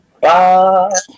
Bye